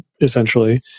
essentially